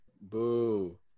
Boo